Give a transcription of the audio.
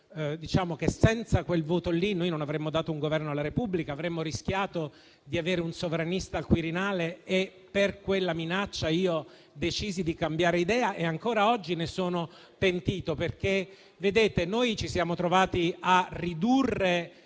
che, senza quel voto, non avremmo dato un Governo alla Repubblica; avremmo rischiato di avere un sovranista al Quirinale e per quella minaccia io decisi di cambiare idea e ancora oggi ne sono pentito. Ci siamo trovati a ridurre